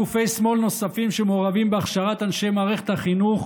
ישנם גופי שמאל נוספים שמעורבים בהכשרת אנשי מערכת החינוך,